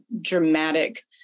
dramatic